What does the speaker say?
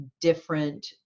different